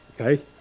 Okay